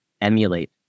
emulate